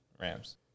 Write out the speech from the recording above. Rams